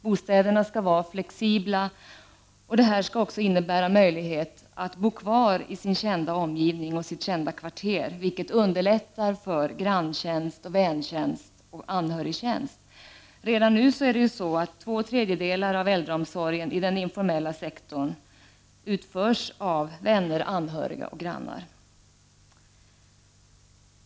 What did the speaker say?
Bostäderna skall vara flexibla, och detta skall även innebära möjlighet för de äldre att bo kvar i sin kända omgivning och sitt kvarter, vilket underlättar för granntjänst, väntjänst och anhörigtjänst. Redan nu utföres två tredjedelar av äldreomsorgen i den informella sektorn — vänner, anhöriga och grannar.